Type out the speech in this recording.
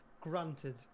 Granted